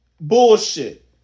Bullshit